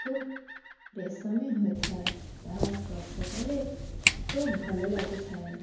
ଖୁବ ରେଶମୀ ହୋଇଥାଏ ତାହା ସ୍ପର୍ଶ କଲେ ଖୁବ ଭଲ ଲାଗିଥାଏ